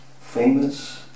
famous